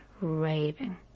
raving